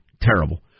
Terrible